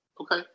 Okay